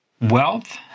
wealth